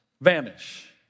vanish